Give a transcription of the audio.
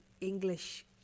English